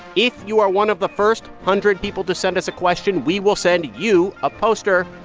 if you are one of the first hundred people to send us a question, we will send you a poster.